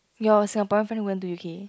your Singaporean friend went to U_K